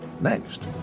next